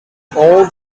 all